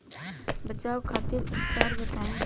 बचाव खातिर उपचार बताई?